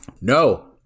No